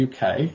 UK